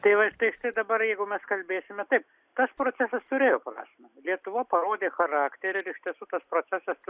tai va tai dabar jeigu mes kalbėsime taip tas procesas turėjo pranašumą lietuva parodė charakterį ir iš tiesų tas procesas